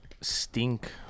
stink